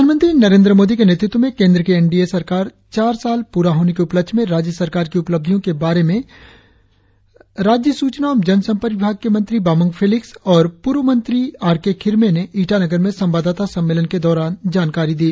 प्रधानमंत्री नरेंद्र मोदी के नेतृत्व में केंद्र की एन डी ए सरकार चार साल प्ररा होने के उपलक्ष्य में राज्य सरकार की उपलब्धियों के बारे में राज्य सूचना एवं जन संपर्क विभाग़ के मंत्री बामांग फेलिक्स और पूर्व मंत्री आर के खिरमे ने ईटानगर में सवांददाता सम्मेलन के दौरान जानकारी दी